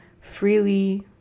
freely